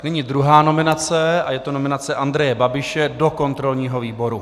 Nyní druhá nominace a je to nominace Andreje Babiše do kontrolního výboru.